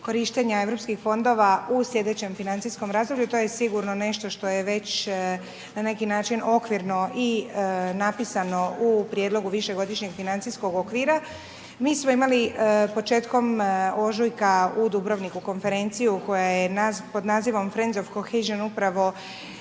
korištenja europskih fondova u slijedećem financijskom razdoblju to je sigurno nešto što je već na neki način okvirno i napisano u prijedlogu višegodišnjeg financijskog okvir. Mi smo imali početkom ožujka u Dubrovniku konferenciju pod nazivom Friends of Cohesion upravo